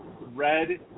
Red